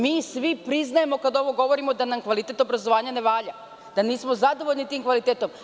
Mi svi priznajemo kada ovo govorimo da nam kvalitet obrazovanja ne valja, da nismo zadovoljni tim kvalitetom.